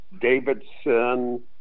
Davidson